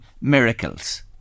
Miracles